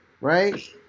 right